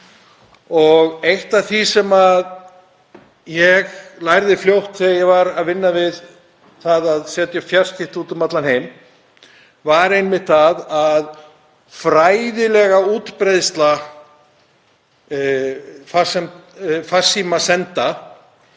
Eitt af því sem ég lærði fljótt þegar ég var að vinna við að setja upp fjarskipti út um allan heim var einmitt að fræðileg útbreiðsla farsímasenda